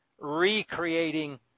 recreating